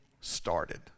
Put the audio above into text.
started